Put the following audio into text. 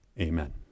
Amen